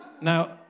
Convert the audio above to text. Now